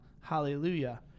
Hallelujah